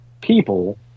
people